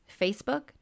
Facebook